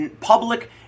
public